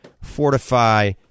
Fortify